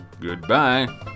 Goodbye